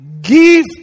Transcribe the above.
Give